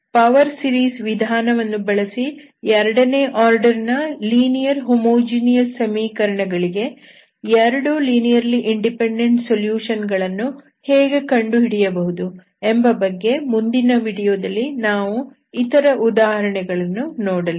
power series ವಿಧಾನವನ್ನು ಬಳಸಿ ಎರಡನೇ ಆರ್ಡರ್ ನ ಲೀನಿಯರ್ ಹೋಮೋಜೀನಿಯಸ್ ಸಮೀಕರಣಗಳಿಗೆ 2 ಲೀನಿಯರ್ಲಿ ಇಂಡಿಪೆಂಡೆಂಟ್ ಸೊಲ್ಯೂಷನ್ ಗಳನ್ನು ಹೇಗೆ ಕಂಡುಹಿಡಿಯಬಹುದು ಎಂಬ ಬಗ್ಗೆ ಮುಂದಿನ ವಿಡಿಯೋದಲ್ಲಿ ನಾವು ಇತರ ಉದಾಹರಣೆಗಳನ್ನು ನೋಡಲಿದ್ದೇವೆ